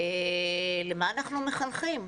למה אנחנו מחנכים?